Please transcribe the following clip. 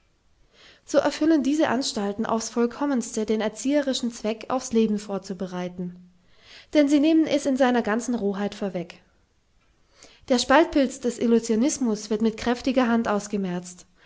so erfüllen diese anstalten aufs vollkommenste den erzieherischen zweck aufs leben vorzubereiten denn sie nehmen es in seiner ganzen rohheit vorweg der spaltpilz des illusionismus wird mit kräftiger hand ausgemerzt